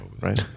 right